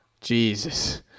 Jesus